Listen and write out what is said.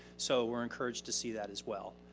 so we're encouraged to see that as well.